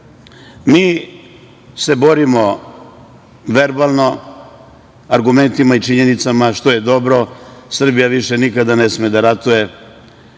se borimo verbalno, argumentima i činjenicama, što je dobro. Srbija više nikada ne sme da ratuje